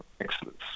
excellence